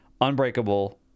unbreakable